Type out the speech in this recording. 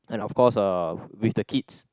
and of course uh with the kids